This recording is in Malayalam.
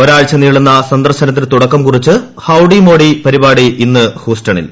ഒരാഴ്ച നീളുന്ന സന്ദർശനത്തിനു തുടക്കം കുറിച്ച് ഹൌഡി മോഡി പരിപാടി ഇന്ന് ഹൂസ്റ്റണിൽ